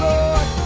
Lord